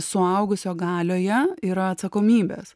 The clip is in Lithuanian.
suaugusio galioje yra atsakomybės